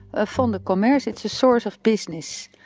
ah fonds de commerce it's a sort of business.